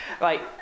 Right